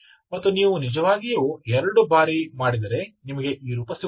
ಮತ್ತು ನೀವು ನಿಜವಾಗಿಯೂ ಎರಡು ಬಾರಿ ಮಾಡಿದರೆ ನಿಮಗೆ ಈ ರೂಪದಲ್ಲಿ ಸಿಗುತ್ತದೆ